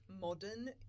modern